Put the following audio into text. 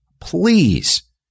please